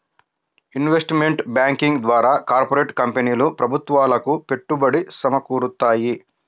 investment banking ద్వారా corporate కంపెనీలు ప్రభుత్వాలకు పెట్టుబడి సమకూరుత్తాయి